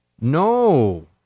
no